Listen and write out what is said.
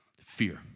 Fear